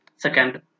Second